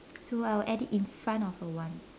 so I will add it in front of a one